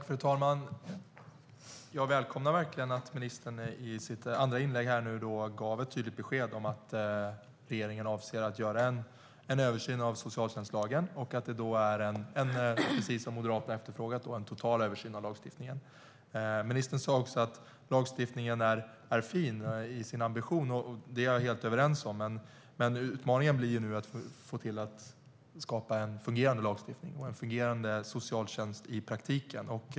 Fru talman! Jag välkomnar verkligen att ministern i sitt andra inlägg gav tydligt besked om att regeringen avser att göra en översyn av socialtjänstlagen och att det, precis som Moderaterna efterfrågat, blir en total översyn av lagstiftningen. Ministern sa också att lagstiftningen är fin i sin ambition, och det är vi helt överens om. Utmaningen blir att skapa en fungerande lagstiftning och en fungerande socialtjänst i praktiken.